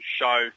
show